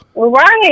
right